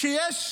כשיש